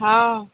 हँ